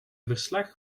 verslag